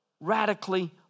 radically